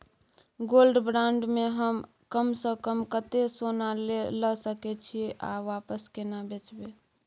Gold bond म हम कम स कम कत्ते सोना ल सके छिए आ वापस केना बेचब?